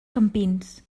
campins